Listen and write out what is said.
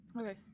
Okay